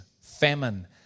famine